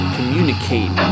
Communicate